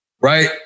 right